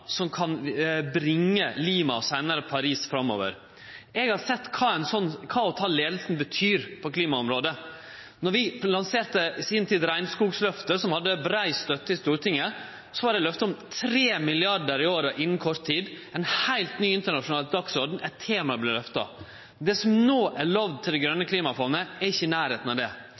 som kan bringe Lima, og seinare Paris, framover. Eg har sett kva å ta leiinga betyr for klimaområdet. Då vi i si tid lanserte regnskogløftet, som hadde brei støtte i Stortinget, var det eit løfte om 3 mrd. kr i året innan kort tid og ein heilt ny internasjonal dagsorden – eit tema vart løfta. Det som no er lovd til Det grøne klimafondet, er ikkje i nærleiken av det.